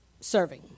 serving